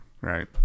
right